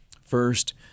first